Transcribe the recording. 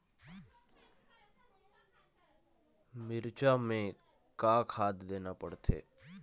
मिरचा मे का खाद देना पड़थे?